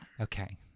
Okay